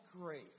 grace